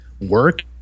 work